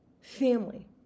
family